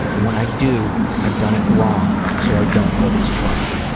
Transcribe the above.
and when i do, i've done it wrong. so i don't always try.